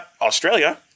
Australia